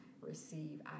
receive